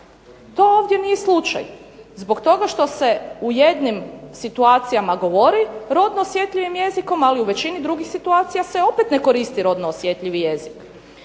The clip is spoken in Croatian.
To ovdje nije slučaj, zbog toga što se u nekim situacijama govori rodno osjetljivim jezikom, ali u većini drugih situacija se ne koristi rodno osjetljivi jezik.